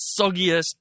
soggiest